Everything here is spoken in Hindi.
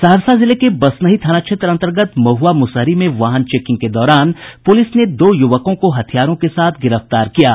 सहरसा जिले के बसनही थाना क्षेत्र अंतर्गत महुआ मुसहरी में वाहन चेकिंग के दौरान पुलिस ने दो युवकों को हथियारों के साथ गिरफ्तार किया है